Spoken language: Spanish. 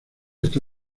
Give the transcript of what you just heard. está